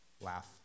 laugh